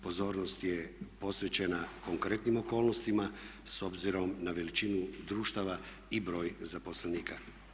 Pozornost je posvećena konkretnim okolnostima s obzirom na veličinu društava i broj zaposlenika.